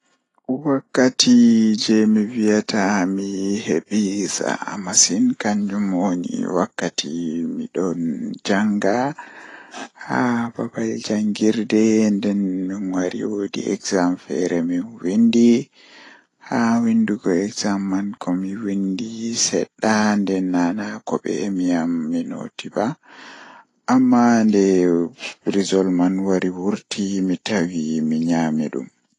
Wakkati mi wiyata mi heɓi sa'a masin kannjum woni Ko ɓeɓe woni ngam miɗo njogii warta, ɗum ɓurɗo laabi yimɓe, ngam jeydi taƴre kala so tawii mi yahi woni kadi ngal. Kadi, ko waɗi keɓeere ngal heɓaade waawugol sabu miɓe njogii yimɓe tawii mi waawataa heddii goɗɗum laawol goɗɗum.